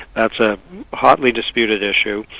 that's a hotly disputed issue,